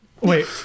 Wait